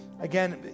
again